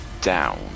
down